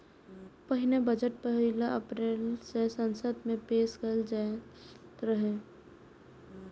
पहिने बजट पहिल अप्रैल कें संसद मे पेश कैल जाइत रहै